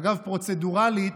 אגב, פרוצדורלית,